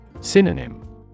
Synonym